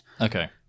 okay